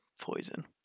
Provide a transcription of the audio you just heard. Poison